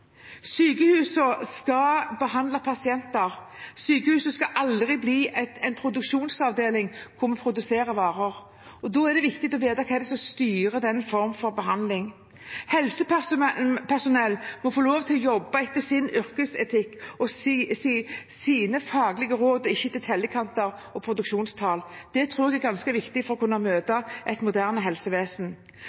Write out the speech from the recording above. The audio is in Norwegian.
Sykehusene skal behandle pasienter. De skal aldri bli en produksjonsavdeling, hvor man produserer varer. Da er det viktig å vite hva som styrer den formen for behandling. Helsepersonell må få lov til å jobbe etter sin yrkesetikk og sine faglige råd, ikke etter tellekanter og produksjonstall. Det tror jeg er ganske viktig for å kunne møte et moderne helsevesen.